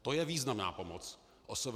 To je významná pomoc OSVČ!